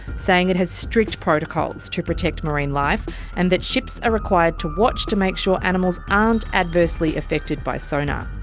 saying it has strict protocols to protect marine life and that ships are required to watch to make sure animals aren't adversely effected by sonar.